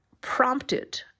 prompted